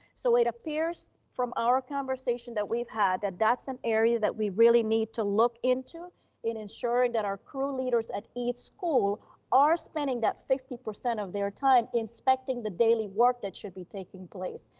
so it appears from our conversation that we've had, that that's an area that we need to look into in ensuring that our crew leaders at each school are spending that fifty percent of their time inspecting the daily work that should be taking place.